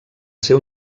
ser